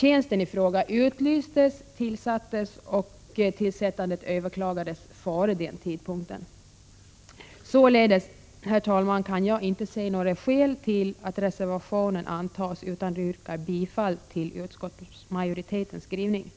Tjänsten i fråga utlystes och tillsattes och tillsättandet överklagades före den tidpunkten. Således, herr talman, kan jag inte se några skäl till att bifalla reservationen, utan jag yrkar bifall till utskottsmajoritetens skrivning.